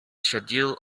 schedule